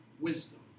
wisdom